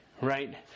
right